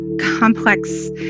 complex